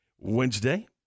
Wednesday